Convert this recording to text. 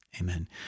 amen